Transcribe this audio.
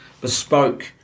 bespoke